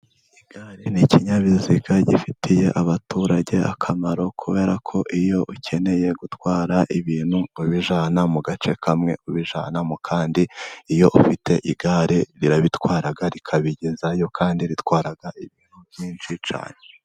Igare n'ikinyabiziga gifitiye abaturage akamaro, kubera ko iyo ukeneye gutwara ibintu ukabivana mu gace kamwe ubijyana mu kandi, iyo ufite igare irabitwara rikabigezayo kandi ritwara ibintu byinshi cyane.